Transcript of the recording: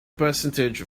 percentage